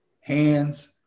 hands